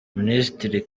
minisitiri